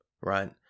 right